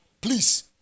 please